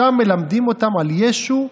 שם מלמדים אותם על ישו,